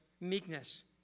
Meekness